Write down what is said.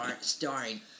starring